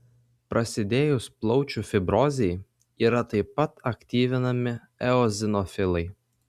prasidėjus plaučių fibrozei yra taip pat aktyvinami eozinofilai